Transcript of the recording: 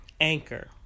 Anchor